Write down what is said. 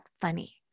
funny